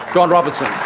john robertson.